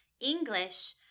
English